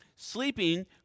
Sleeping